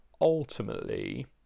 ultimately